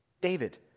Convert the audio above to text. David